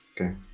okay